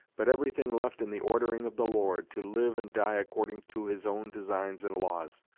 but everything left in the ordering of the lord, to live and die according to his own designs and laws!